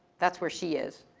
that's where she is.